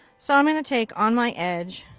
so i'm gonna take, on my edge,